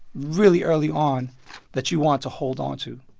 really early on that you want to hold on to?